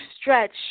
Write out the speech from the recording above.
stretch